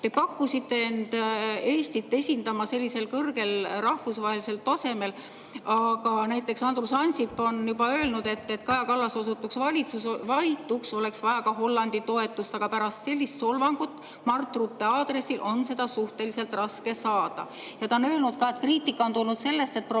pakkusite end Eestit esindama sellisel kõrgel rahvusvahelisel tasemel, aga näiteks Andrus Ansip on juba öelnud: "Et Kaja Kallas osutuks valituks, oleks vaja ka Hollandi toetust, aga pärast sellist solvangut Mark Rutte aadressil on seda suhteliselt raske saada." Ta on öelnud ka, et kriitika on tulnud sellest, et probleem